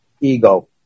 ego